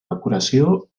decoració